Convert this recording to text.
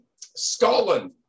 Scotland